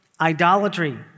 idolatry